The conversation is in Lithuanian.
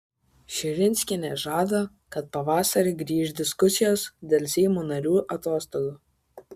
širinskienė žada kad pavasarį grįš diskusijos dėl seimo narių atostogų